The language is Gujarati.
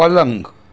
પલંગ